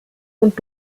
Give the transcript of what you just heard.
und